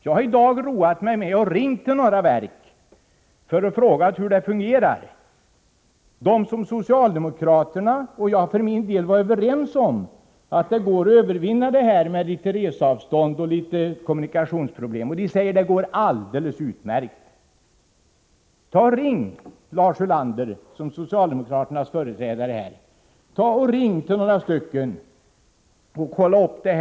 Jag har i dag roat mig med att ringa och fråga några verk, beträffande vilka socialdemokraterna och jag för min del var överens om att lokalisera ut, hur det går att övervinna reseavstånden och kommunikationsproblemen. Jag fick svaret: Det går alldeles utmärkt. Jag uppmanar Lars Ulander, som socialde mokraternas företrädare, att ringa till några verk och kolla upp detta.